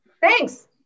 Thanks